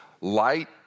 Light